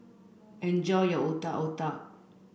enjoy your Otak Otak